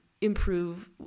improve